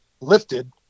lifted